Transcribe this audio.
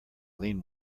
lean